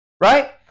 Right